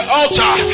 altar